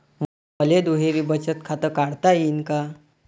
मले दुहेरी बचत खातं काढता येईन का?